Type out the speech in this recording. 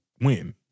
win